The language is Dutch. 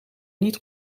niet